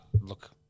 Look